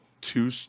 two